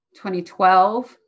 2012